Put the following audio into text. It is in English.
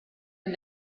and